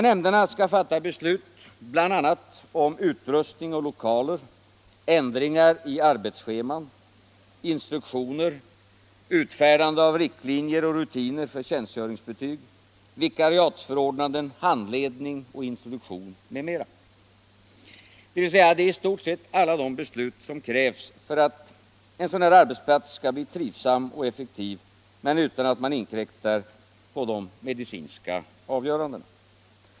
Nämnderna skall fatta beslut om bl.a. utrustning och lokaler, ändringar i arbetsscheman, instruktioner, utfärdande av riktlinjer och rutiner för tjänstgöringsbetyg, vikariatsförordnanden, handledning och introduktion. Det är i stort sett alla de beslut som krävs för att en sådan här arbetsplats skall bli trivsam och effektiv, utan att man inkräktar på de medicinska avgörandena.